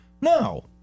No